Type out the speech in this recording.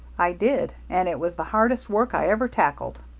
i did, and it was the hardest work i ever tackled.